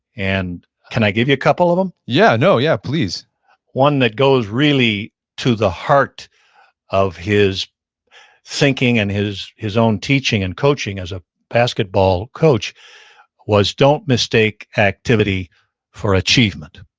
and can i give you a couple of them? yeah, no, yeah please one that goes really to the heart of his thinking and his his own teaching and coaching as a basketball coach was don't mistake activity for achievement.